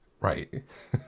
Right